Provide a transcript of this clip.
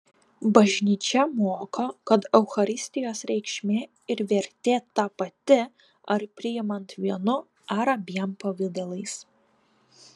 bažnyčia moko kad eucharistijos reikšmė ir vertė ta pati ar priimant vienu ar abiem pavidalais